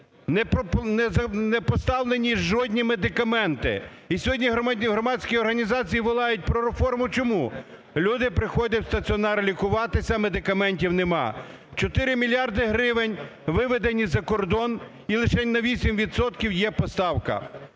не поставлені жодні медикаменти. І сьогодні громадські організації волають про реформу чому. Люди приходять в стаціонар лікуватись, медикаментів нема. 4 мільярди гривень виведені за кордон і лишень на 8 відсотків